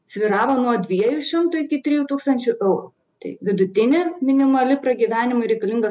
svyravo nuo dviejų šimtų iki trijų tūkstančių eurų tai vidutinė minimali pragyvenimui reikalinga